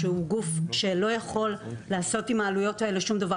שהוא גוף שלא יכול לעשות עם העלויות האלה שום דבר,